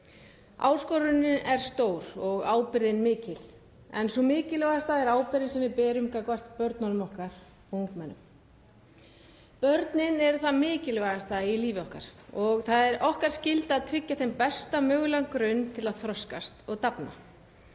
Áskorunin er stór og ábyrgðin mikil en sú mikilvægasta er ábyrgðin sem við berum gagnvart börnunum okkar og ungmennum. Börnin eru það mikilvægasta í lífi okkar og það er okkar skylda að tryggja þeim besta mögulega grunn til að þroskast og dafna.